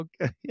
okay